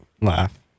laugh